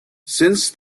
since